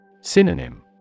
Synonym